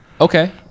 okay